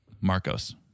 Marcos